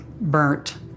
burnt